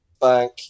bank